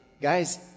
guys